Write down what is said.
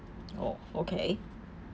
oh okay